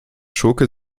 schurke